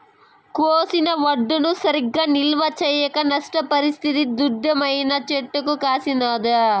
కోసిన వడ్లను సరిగా నిల్వ చేయక నష్టపరిస్తిది దుడ్డేమైనా చెట్లకు కాసినాదో